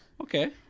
Okay